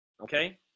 Okay